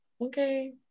okay